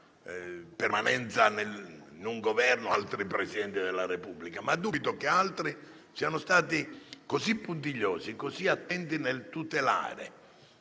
permanenza nel Governo, altri Presidenti della Repubblica, ma dubito che altri siano stati così puntigliosi e così attenti nel tutelare